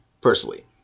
personally